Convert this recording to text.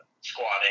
squatting